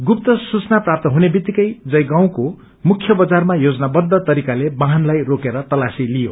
गुस्त सूचना प्राप्त हुने वित्तिकै जयगावको मुख्य बजारमा योजनावछ तरीकाले वाहनलाई रोकेर तलाशी लिइयो